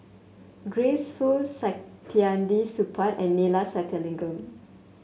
Grace Fu Saktiandi Supaat and Neila Sathyalingam